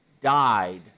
died